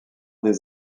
des